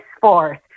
Force